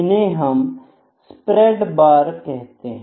इन्हें हम spread bar कहते हैं